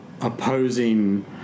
opposing